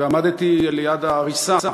ועמדתי ליד העריסה